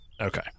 Okay